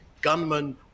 gunmen